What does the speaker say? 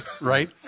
right